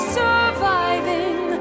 surviving